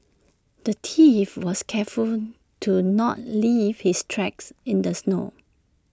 the thief was careful to not leave his tracks in the snow